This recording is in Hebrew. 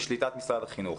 בשליטת משרד החינוך.